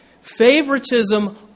favoritism